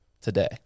today